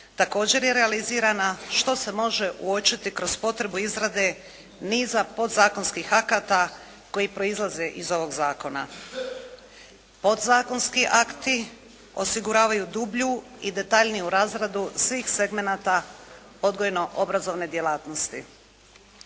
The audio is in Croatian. također je realizirana, što se može uočiti kroz potrebu izrade niza podzakonskih akata koji proizlaze iz ovog zakona. Podzakonski akti osiguravaju dublju i detaljniju razradu svih segmenata odgojno-obrazovne djelatnosti.